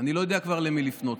לא יודע כבר למי לפנות,